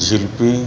ᱡᱤᱞᱯᱤ